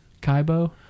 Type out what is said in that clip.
Kaibo